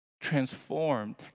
transformed